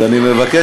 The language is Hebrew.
אז אני מבקש,